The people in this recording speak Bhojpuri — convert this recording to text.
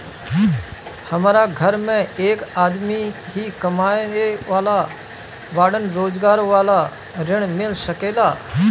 हमरा घर में एक आदमी ही कमाए वाला बाड़न रोजगार वाला ऋण मिल सके ला?